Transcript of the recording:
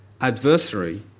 adversary